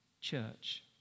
church